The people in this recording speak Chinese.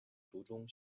途中